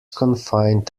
confined